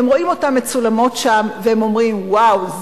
רואים אותן מצולמות שם ואומרים: וואו,